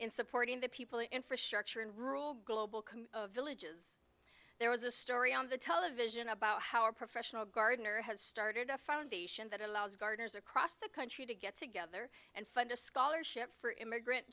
in supporting the people infrastructure in rural villages there was a story on the television about how a professional gardener has started a foundation that allows gardeners across the country to get together and fund a scholarship for immigrant